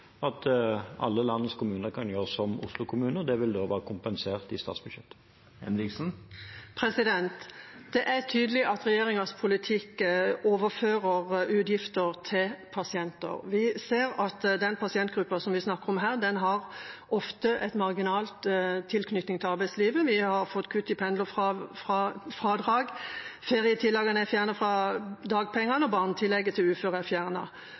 at alle landets kommuner kan gjøre som Oslo kommune, og det vil da være kompensert i statsbudsjettet. Det er tydelig at regjeringas politikk overfører utgifter til pasienter. Vi ser at den pasientgruppa som vi snakker om her, ofte har en marginal tilknytning til arbeidslivet. Vi har fått kutt i pendlerfradraget, ferietillegget er fjernet fra dagpengene, og barnetillegget til uføre er